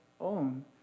own